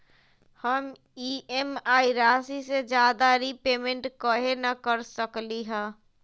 हम ई.एम.आई राशि से ज्यादा रीपेमेंट कहे न कर सकलि ह?